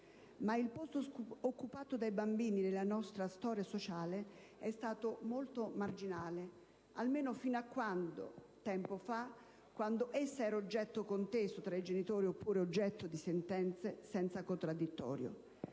ma il posto occupato dai bambini nella nostra storia sociale è stato molto marginale, almeno fino a poco tempo fa, quando era un oggetto conteso tra i genitori, oppure un oggetto di sentenze senza contraddittorio.